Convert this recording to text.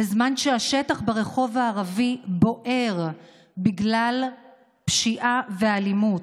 בזמן שהשטח ברחוב הערבי בוער בגלל פשיעה ואלימות,